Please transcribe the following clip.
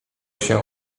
się